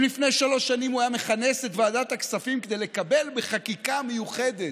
אם לפני שלוש שנים הוא היה מכנס את ועדת הכספים כדי לקבל בחקיקה מיוחדת